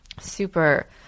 super